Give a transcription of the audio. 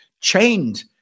chained